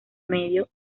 medio